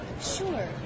Sure